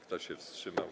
Kto się wstrzymał?